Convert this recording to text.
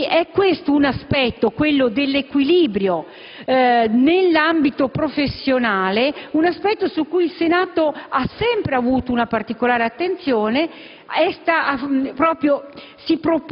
retribuito. Pertanto, quello dell'equilibrio nell'ambito professionale, è un aspetto su cui il Senato ha sempre avuto una particolare attenzione e si